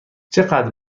چقدر